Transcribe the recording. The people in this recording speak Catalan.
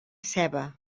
seva